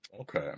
Okay